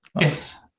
Yes